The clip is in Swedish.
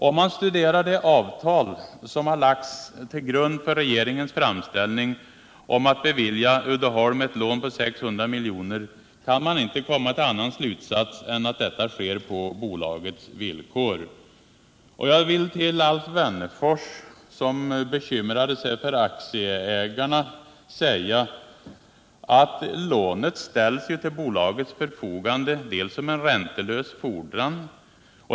Om man studerar det avtal som har lagts till grund för regeringens framställning om att bevilja Uddeholm ett lån på 600 milj.kr. kan man inte komma till någon annan slutsats än att detta sker på bolagets villkor. Jag vill till Alf Wennerfors, som bekymrade sig för aktieägarna, säga att lånet ställs till bolagets förfogande som en räntelös fordran.